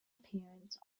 appearance